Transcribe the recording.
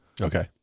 Okay